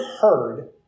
heard